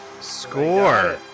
score